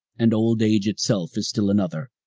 and old age itself is still another.